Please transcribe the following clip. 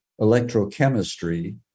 electrochemistry